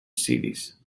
series